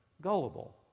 gullible